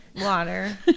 water